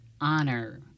honor